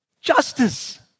Justice